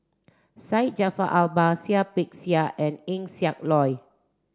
Syed Jaafar Albar Seah Peck Seah and Eng Siak Loy